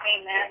Amen